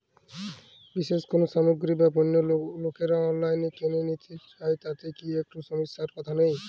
বিশেষ কোনো সামগ্রী বা পণ্য লোকেরা অনলাইনে কেন নিতে চান তাতে কি একটুও সমস্যার কথা নেই?